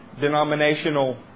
denominational